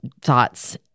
thoughts